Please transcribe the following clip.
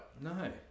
No